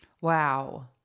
Wow